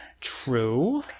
true